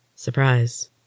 surprise